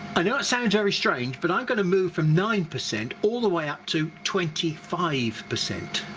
i know it sounds very strange but i'm going to move from nine percent all the way up to twenty five percent.